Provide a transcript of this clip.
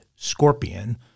Scorpion